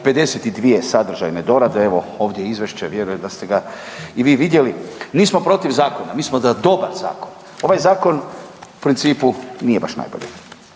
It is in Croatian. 52 sadržane dorade. Evo ovdje je izvješće vjerujem da ste ga i vi vidjeli. Nismo protiv zakona, mi smo za dobar zakon. Ovaj zakon u principu nije baš najbolji,